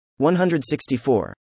164